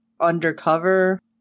undercover